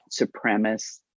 supremacist